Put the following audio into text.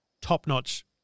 top-notch